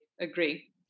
Agree